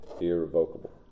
irrevocable